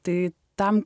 tai tam